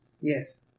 Yes